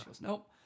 nope